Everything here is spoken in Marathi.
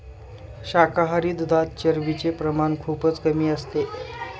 शाकाहारी दुधात चरबीचे प्रमाण खूपच कमी असते